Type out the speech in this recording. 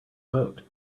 vote